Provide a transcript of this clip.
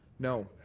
no.